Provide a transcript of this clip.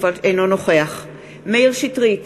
אינו נוכח מאיר שטרית,